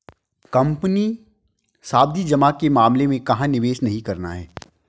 Company सावधि जमा के मामले में कहाँ निवेश नहीं करना है?